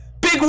Big